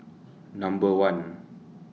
Number one